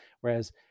Whereas